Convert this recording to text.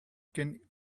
can